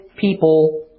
people